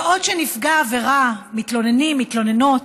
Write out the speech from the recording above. בעוד שנפגע עבירה, מתלוננים, מתלוננות,